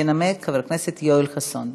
ינמק חבר הכנסת יואל חסון.